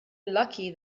lucky